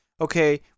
okay